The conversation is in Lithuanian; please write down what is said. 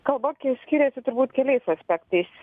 kalba tai skiriasi turbūt keliais aspektais